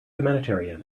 humanitarian